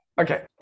okay